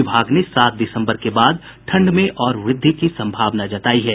विभाग ने सात दिसम्बर के बाद ठंड में और वृद्धि की संभावना जतायी है